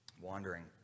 wandering